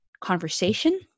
conversation